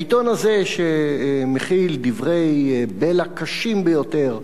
העיתון הזה שמכיל דברי בלע קשים ביותר,